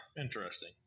interesting